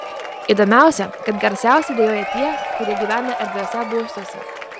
įdomiausia kad garsiausiai dejuoja tie kurie gyvena erdviuose būstuose